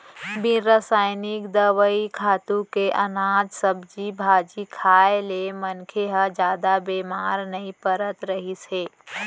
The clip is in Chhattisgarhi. बिन रसइनिक दवई, खातू के अनाज, सब्जी भाजी खाए ले मनखे ह जादा बेमार नइ परत रहिस हे